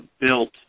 built